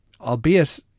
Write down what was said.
Albeit